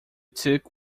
took